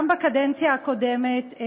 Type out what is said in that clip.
גם בקדנציה הקודמת,